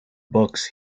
books